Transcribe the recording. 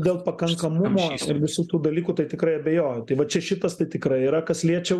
dėl pakankamumo ir visų tų dalykų tai tikrai abejoju tai va čia šitas tai tikrai yra kas liečia